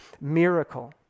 miracle